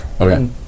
Okay